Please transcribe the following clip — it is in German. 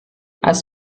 als